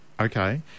Okay